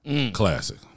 Classic